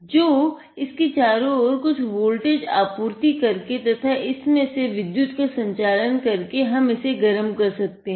तो इसके चारो ओर कुछ वोल्टेज आपूर्ति करके तथा इसमें से विद्युत् का संचालन करके हम इसे गर्म कर सकते हैं